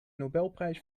nobelprijs